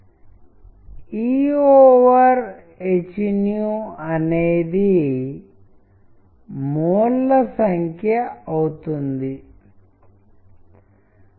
మరో 10 మందికి అదే చిత్రాన్ని మరొక శీర్షికతో ఇచ్చారు మరియు దానిని అంచనా వేయమని మరియు అర్థం చేసుకోమని అడిగారు వారు దానిని చాలా భిన్నంగా అర్థం చేసుకున్నారు